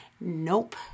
Nope